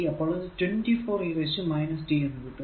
അപ്പോൾ 24 e t എന്ന് കിട്ടും